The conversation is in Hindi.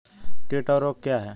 कीट और रोग क्या हैं?